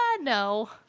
no